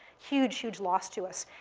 huge, huge loss to us.